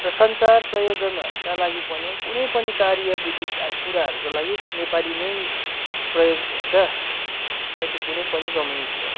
र सञ्चार प्रयोजनहरूका लागि पनि कुनै पनि कार्य विदित अब कुराहरूको लागि नेपाली नै प्रयोग हुन्छ चाहे त्यो कुनै पनि कम्युनिटी हो